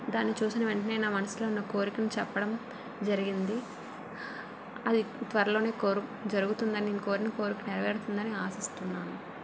దాన్ని చూసిన వెంటనే నా మనసులో ఉన్న కోరిక చెప్పడం జరిగింది అది త్వరలో కో జరుగుతుందని నేను కోరిన కోరిక నెరవేరుతుందని ఆశిస్తున్నాను